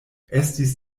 estis